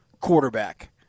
quarterback